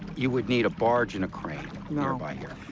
you would need a barge and a crane nearby here.